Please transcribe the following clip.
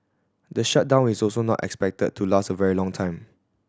the shutdown is also not expected to last a very long time